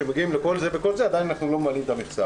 גם כשעושים את כל זה עדיין אנחנו לא ממלאים את המכסה,